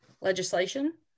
legislation